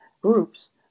groups